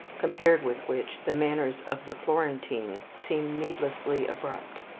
compared with which the manners of the florentine seem needlessly abrupt.